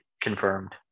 confirmed